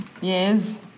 Yes